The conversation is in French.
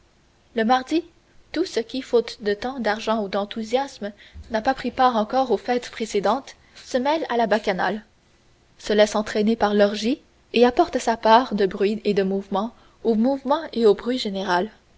le mardi tout ce qui faute de temps d'argent ou d'enthousiasme n'a pas pris part encore aux fêtes précédentes se mêle à la bacchanale se laisse entraîner par l'orgie et apporte sa part de bruit et de mouvement au mouvement et au bruit général